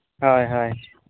ᱦᱳᱭ ᱦᱳᱭ